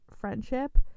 friendship